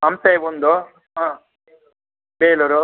ಹಂಪೆ ಒಂದು ಹಾಂ ಬೇಲೂರು